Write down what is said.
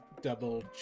double